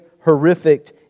horrific